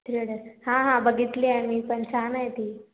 रडत हा हा बघितली आहे मी पण छान आहे ती